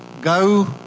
go